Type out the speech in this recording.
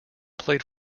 played